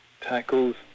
tackles